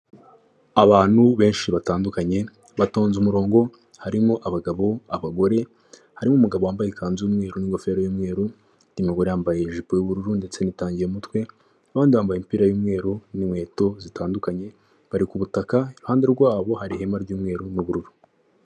Abantu benshi batandukanye, batonze umurongo, harimo: abagabo, abagore . Harimo umugabo wambaye ikanzu yumweru, n'ingofero y'umweru umudamu yambaye ijipo y'ubururu ndetse'tangiye umutwe abandi bambaye imipira y'umweru n'inkweto zitandukanye bari ku butaka iruhande rwabo hari ihema ry'umweru n'ubururu.